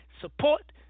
Support